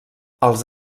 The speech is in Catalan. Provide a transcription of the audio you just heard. els